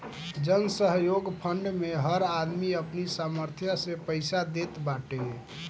जनसहयोग फंड मे हर आदमी अपनी सामर्थ्य से पईसा देत बाटे